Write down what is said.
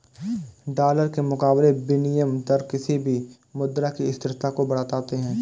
dollar के मुकाबले विनियम दर किसी भी मुद्रा की स्थिरता को बताते हैं